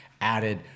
added